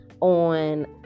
on